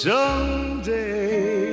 Someday